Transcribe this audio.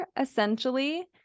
essentially